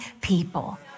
people